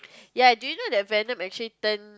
ya do you know that Venom actually turn